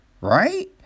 right